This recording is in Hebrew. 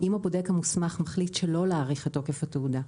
אם הבודק המוסמך מחליט שלא להאריך את תוקף התעודה.